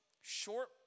short